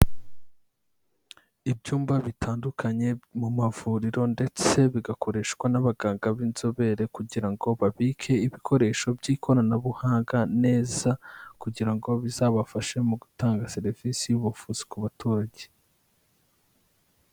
Ibyumba bitandukanye mu mavuriro ndetse bigakoreshwa n'abaganga b'inzobere, kugira ngo babike ibikoresho by'ikoranabuhanga neza, kugira ngo bizabafashe mu gutanga serivisi y'ubuvuzi ku baturage.